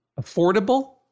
affordable